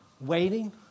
waiting